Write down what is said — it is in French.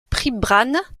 příbram